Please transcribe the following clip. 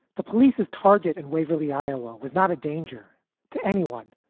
the police's target and waverly, iowa, was not a danger to anyone.